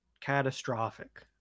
catastrophic